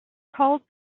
called